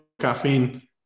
caffeine